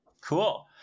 cool